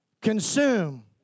consume